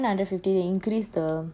seven hundred and fifty they increase the